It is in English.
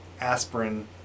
aspirin